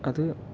അത്